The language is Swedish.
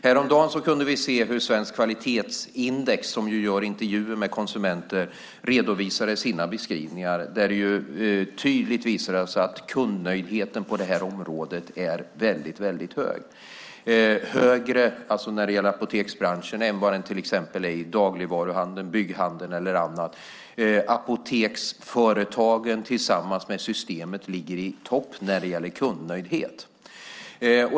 Härom dagen kunde vi se hur Svenskt Kvalitetsindex, som ju gör intervjuer med konsumenter, redovisade sina beskrivningar, där det tydligt visade sig att kundnöjdheten på det här området är väldigt hög. Den är högre när det gäller apoteksbranschen än vad den är i till exempel dagligvaruhandeln, bygghandeln eller annat. Apoteksföretagen ligger tillsammans med Systembolaget i topp när det gäller kundnöjdhet.